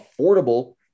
affordable